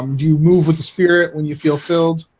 um do you move with the spirit when you feel filled?